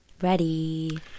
ready